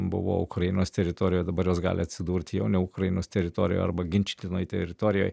buvo ukrainos teritorijoj dabar jos gali atsidurti jau ne ukrainos teritorijoj arba ginčytinoj teritorijoj